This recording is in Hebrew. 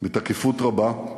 בתקיפות רבה,